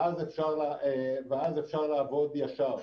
ואז אפשר לעבוד ישר.